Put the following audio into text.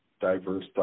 diverse